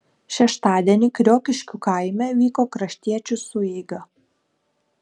šeštadienį kriokiškių kaime vyko kraštiečių sueiga